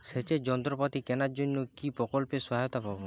সেচের যন্ত্রপাতি কেনার জন্য কি প্রকল্পে সহায়তা পাব?